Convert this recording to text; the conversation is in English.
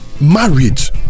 marriage